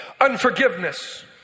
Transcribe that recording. unforgiveness